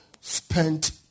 spent